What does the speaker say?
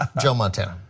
ah joe montana.